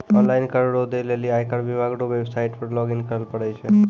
online कर रो दै लेली आयकर विभाग रो वेवसाईट पर लॉगइन करै परै छै